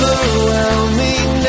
Overwhelming